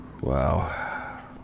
Wow